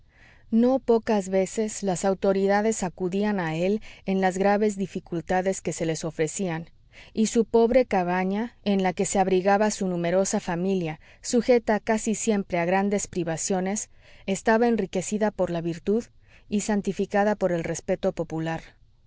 no pocas veces las autoridades acudían a él en las graves dificultades que se les ofrecían y su pobre cabaña en la que se abrigaba su numerosa familia sujeta casi siempre a grandes privaciones estaba enriquecida por la virtud y santificada por el respeto popular